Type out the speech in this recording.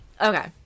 Okay